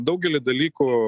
daugelį dalykų